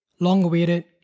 long-awaited